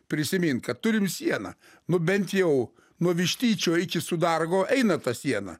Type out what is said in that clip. prisimint kad turim sieną nu bent jau nuo vištyčio iki sudargo eina ta siena